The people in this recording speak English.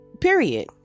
period